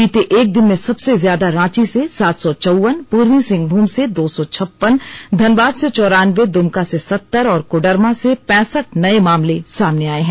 बीते एक दिन में सबसे ज्यादा रांची से सात सौ चौवन पूर्वी सिंहभूम से दो सौ छप्पन धनबाद से चौरान्बे दुमका से सत्तर और कोडरमा से पैंसठ नए मामले सामने आए हैं